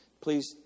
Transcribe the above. Please